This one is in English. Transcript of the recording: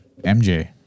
MJ